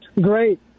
Great